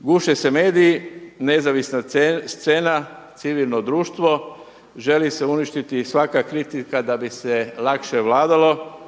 Guše se mediji, nezavisna scena, civilno društvo želi se uništiti svaka kritika da bi se lakše vladalo,